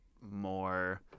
more